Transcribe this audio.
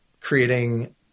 creating